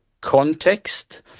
context